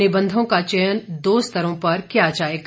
निबंधों का चयन दो स्तरों पर किया जाएगा